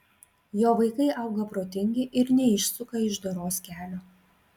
jo vaikai auga protingi ir neišsuka iš doros kelio